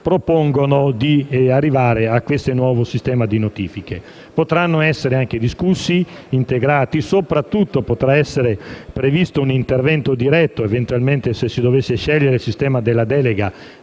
propongono di arrivare al nuovo sistema di notifiche. Potranno essere discussi e integrati e, soprattutto, potrà essere previsto un intervento diretto, se eventualmente si dovesse scegliere il sistema della delega